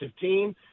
team